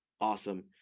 awesome